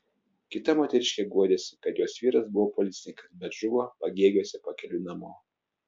kita moteriškė guodėsi kad jos vyras buvo policininkas bet žuvo pagėgiuose pakeliui namo